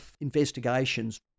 investigations